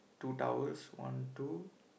two towels one two